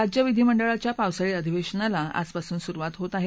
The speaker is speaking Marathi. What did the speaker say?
राज्य विधीमंडळाच्या पावसाळी अधिवेशनाला आजपासून सुरुवात होत आहे